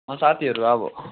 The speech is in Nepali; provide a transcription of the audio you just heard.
साथीहरू अब